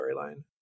storyline